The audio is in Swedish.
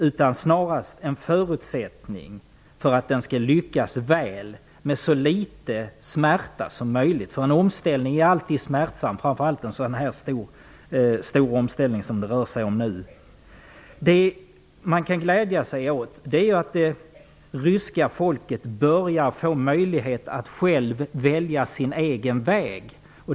De är snarast en förutsättning för att reformpolitiken skall lyckas väl med så litet smärta som möjligt. En omställning är alltid smärtsam. Det gäller framför allt en sådan här stor omställning som det nu är fråga om. Man kan glädja sig över att det ryska folket börjar få möjlighet att själv välja sin egen väg.